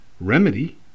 Remedy